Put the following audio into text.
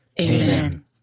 Amen